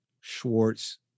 Schwartz